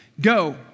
go